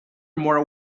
more